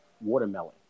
watermelon